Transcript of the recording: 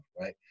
right